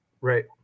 Right